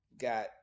got